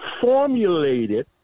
formulated